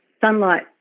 sunlight